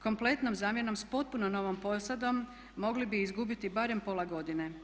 Kompletnom zamjenom s potpuno novom posadom mogli bi izgubiti barem pola godine.